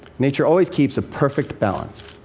nature always keeps a perfect balance.